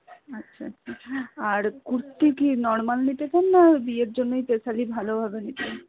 আচ্ছা আচ্ছা আচ্ছা আর কুর্তি কি নর্মাল নিতে চান না বিয়ের জন্যই স্পেশালি ভালোভাবে নিতে চান